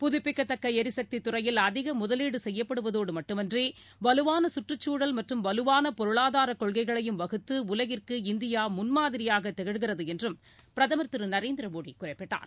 புதுப்பிக்கத்தக்க எரிசக்தி துறையில் அதிக முதலீடு செய்யப்படுவதோடு மட்டுமின்றி வலுவான சுற்றுச்சூழல் மற்றும் வலுவான பொருளாதார கொள்கைகளையும் வகுத்துஉலகிற்கு இந்தியா முன்மாதிரியாக திகழ்கிறது என்றும் பிரதமர் திருநரேந்திர மோடி குறிப்பிட்டார்